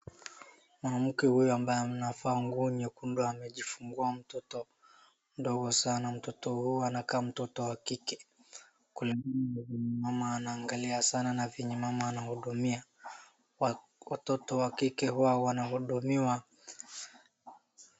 Mwanamke huyu ambaye amevaa nguo nyekundu amejifungua mtoto mdogo sana. Mtoto huyu anakaa mtoto wa kike. Kulingana na venye mama anaangalia sana na venye mama anahudumia watoto wa kike huwa wanahudumiwa.